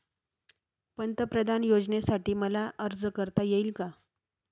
पंतप्रधान योजनेसाठी मला अर्ज करता येईल का?